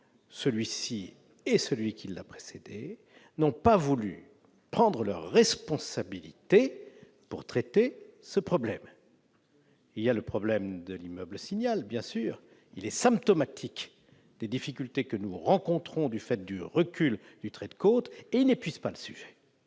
et celui qui l'a précédé n'ont pas voulu prendre leurs responsabilités pour traiter ce problème. Il y a, bien sûr, le problème de l'immeuble Le Signal, symptomatique des difficultés que nous rencontrons du fait du recul du trait de côte ; mais il n'épuise pas le sujet.